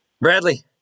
Bradley